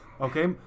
Okay